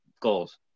goals